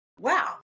wow